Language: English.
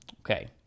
Okay